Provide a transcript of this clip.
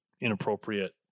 inappropriate